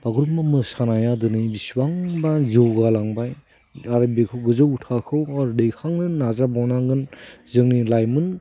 बागुरुम्बा मोसानाया दिनै बेसेबांबा जौगालांबाय आरो बेखौ गोजौ थाखोआव दैखांनो नाजाबावनांगोन जोंनि लाइमोन